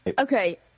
okay